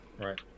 right